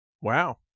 wow